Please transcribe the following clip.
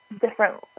different